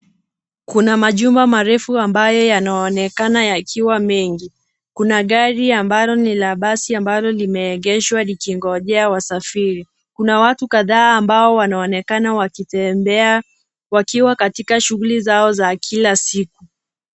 Kuna majumba marefu ambayo yanaonekana yakiwa mengi. Kuna gari ambalo ni la basi ambalo limeegeshwa likingojea wasafiri. Kuna watu kadhaa ambao wanaonekana wakitembea wakiwa katika shuguli zao za kila siku.